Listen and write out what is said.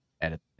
edit